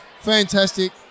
Fantastic